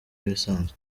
ibisanzwe